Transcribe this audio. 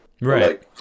right